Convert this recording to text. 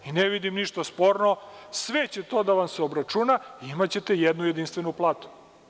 Ne vidim ništa sporno, sve će to da vam se obračuna i imaćete jednu jedinstvenu platu.